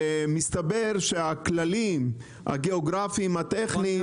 ומסתבר שהכללים הגיאוגרפיים הטכניים,